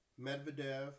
Medvedev